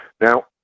Now